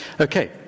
Okay